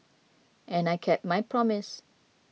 and I kept my promise